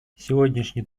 сегодняшний